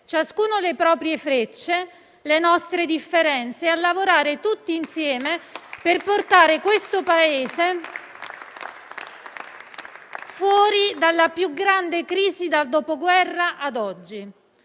ciascuno le proprie frecce, le proprie differenze, e a lavorare tutti insieme, per portare questo Paese fuori dalla più grande crisi dal dopoguerra ad oggi.